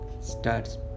starts